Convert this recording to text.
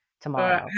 tomorrow